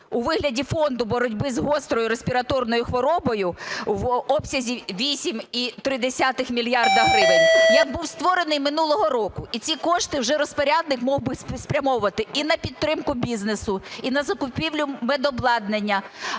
у вигляді фонду боротьби з гострою респіраторною хворобою в обсязі 8,3 мільярда гривень, як був створений минулого року, і ці кошти вже розпорядник міг би спрямовувати і на підтримку бізнесу, і на закупівлю медобладнання.